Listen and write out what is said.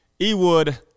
Ewood